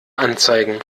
anzeigen